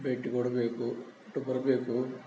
ಭೇಟಿ ಕೊಡಬೇಕು ಬರಬೇಕು